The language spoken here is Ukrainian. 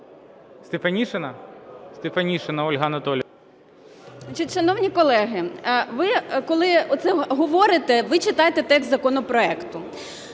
шановні колеги, ви коли оце говорите, ви читайте текст законопроекту.